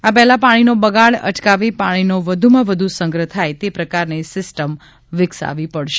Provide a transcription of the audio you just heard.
આ પહેલા પાણીનો બગાડ અટકાવી પાણીનો વધુમાં વધુ સંગ્રહ થાય તે પ્રકારની સિસ્ટમ વિક્સાવી પડશે